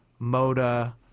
Moda